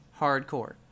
hardcore